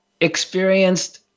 experienced